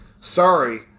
sorry